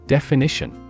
Definition